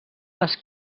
les